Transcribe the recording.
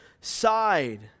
side